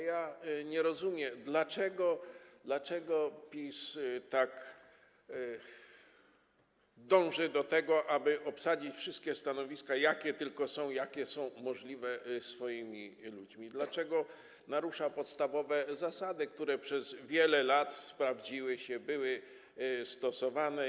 Ja nie rozumiem, dlaczego PiS tak dąży do tego, aby obsadzić wszystkie stanowiska, jakie tylko są możliwe, swoimi ludźmi, dlaczego narusza podstawowe zasady, które przez wiele lat sprawdziły się, były stosowane.